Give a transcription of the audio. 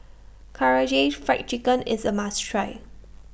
Karaage Fried Chicken IS A must Try